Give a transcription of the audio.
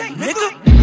nigga